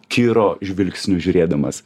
kiro žvilgsniu žiūrėdamas